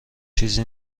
چیزی